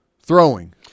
throwing